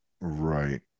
Right